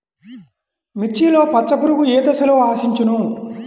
మిర్చిలో పచ్చ పురుగు ఏ దశలో ఆశించును?